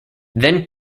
then